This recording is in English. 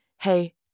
hey